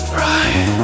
right